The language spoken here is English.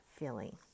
feeling